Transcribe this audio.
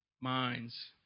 minds